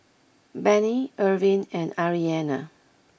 Benny Irvine and Arianna